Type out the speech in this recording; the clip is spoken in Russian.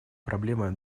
проблемы